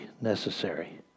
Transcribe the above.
necessary